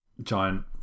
Giant